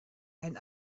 and